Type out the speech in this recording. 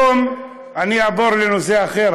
אני אעבור לנושא אחר.